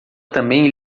também